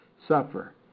suffer